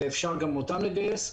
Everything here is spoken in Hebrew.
ואפשר גם אותם לגייס.